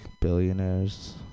billionaires